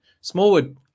Smallwood